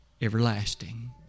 everlasting